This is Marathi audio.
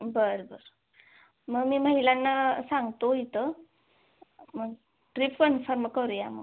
बरं बरं मग मी महिलांना सांगतो इथं मग ट्रीप कन्फर्म करूया मग